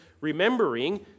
remembering